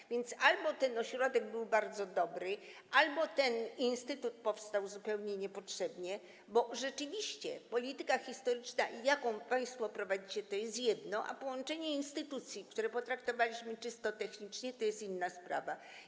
Tak więc albo ten ośrodek był bardzo dobry, albo ten instytut powstał zupełnie niepotrzebnie, bo rzeczywiście polityka historyczna, jaką państwo prowadzicie, to jest jedno, a połączenie instytucji, które potraktowaliśmy czysto technicznie, to jest inna sprawa.